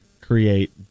Create